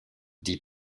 dit